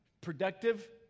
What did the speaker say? productive